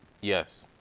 yes